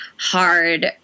hard